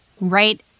right